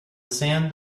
sand